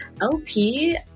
lp